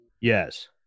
Yes